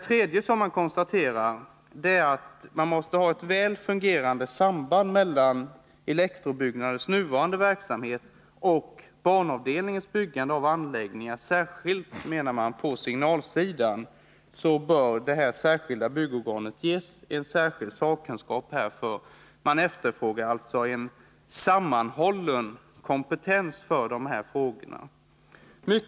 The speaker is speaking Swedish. Sedan konstaterar man följande: ”För att säkra väl fungerande samband mellan Eb:s nuvarande verksamhet och banavdelningens byggande av anläggningar, särskilt på signalsidan, bör det särskilda byggorganet ges särskild sakkunskap härför.” Det efterfrågas alltså en sammanhållen kompetens när det gäller dessa frågor.